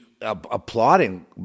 applauding